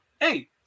hey